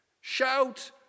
Shout